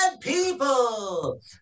people